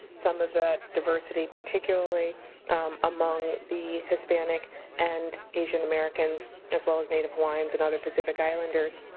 some of the diversity, particularly among the hispanic and asian americans as well as native hawaiians and other pacific islanders,